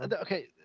okay